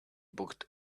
booked